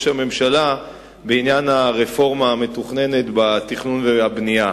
הממשלה בעניין הרפורמה המתוכננת בתכנון והבנייה.